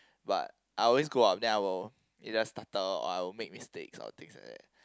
but I will always go up then I will either stutter or I will make mistakes or things like that